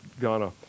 Ghana